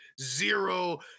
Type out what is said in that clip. zero